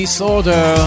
Disorder